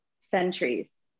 centuries